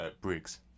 Briggs